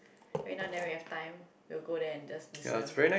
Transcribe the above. right now then if we have time we will go there and just listen